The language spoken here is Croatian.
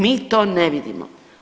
Mi to ne vidimo.